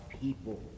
people